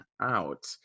out